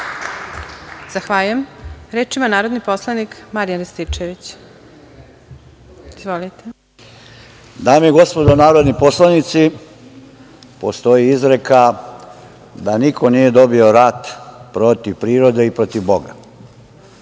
Zahvaljujem. Reč ima narodni poslanik Marijan Rističević. Izvolite. **Marijan Rističević** Dame i gospodo narodni poslanici, postoji izreka da niko nije dobio rat protiv prirode i protiv Boga.